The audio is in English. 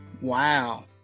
Wow